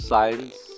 Science